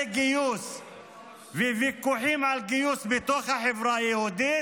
גיוס ובוויכוחים על גיוס בתוך החברה היהודית,